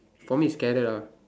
for me is carrot ah